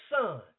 Son